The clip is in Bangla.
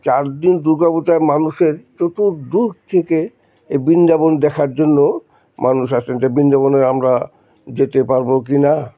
চারদিন দুর্গাপূজায় মানুষের চতুর দুর থেকে এই বৃন্দাবন দেখার জন্য মানুষ আসে যে বৃন্দাবনে আমরা যেতে পারবো কি না